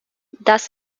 das